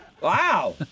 Wow